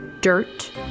dirt